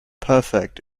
perfect